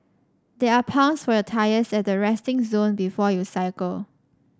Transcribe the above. there are pumps for your tyres at the resting zone before you cycle